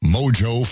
Mojo